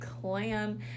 clan